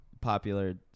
Popular